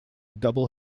double